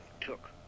took